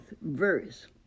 verse